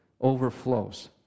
overflows